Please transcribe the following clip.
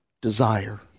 desire